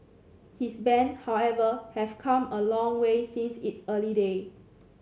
his band however have come a long way since its early day